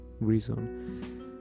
reason